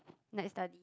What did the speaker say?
night study